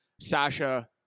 Sasha